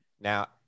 Now